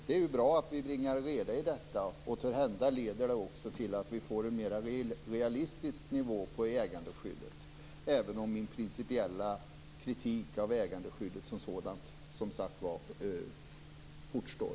Det är ju bra att vi bringar reda i detta, och törhända leder det också till att vi får en mer realistisk nivå på ägandeskyddet, även om min principiella kritik av ägandeskyddet som sådant som sagt kvarstår.